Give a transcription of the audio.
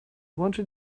wanted